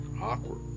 Awkward